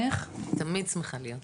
תמיד שמחה להיות כאן.